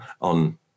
on